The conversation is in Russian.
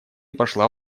пошла